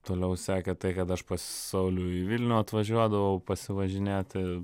toliau sekė tai kad aš pas saulių į vilnių atvažiuodavau pasivažinėti